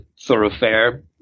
thoroughfare